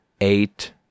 eight